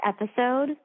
episode